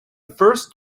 first